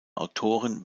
autoren